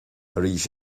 arís